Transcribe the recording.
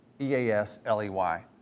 E-A-S-L-E-Y